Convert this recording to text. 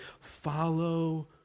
follow